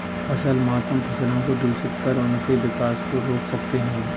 फसल मातम फसलों को दूषित कर उनके विकास को रोक सकते हैं